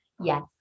Yes